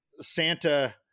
Santa